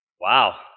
Wow